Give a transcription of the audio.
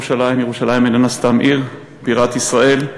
ירושלים איננה סתם עיר, היא בירת ישראל.